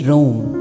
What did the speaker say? Rome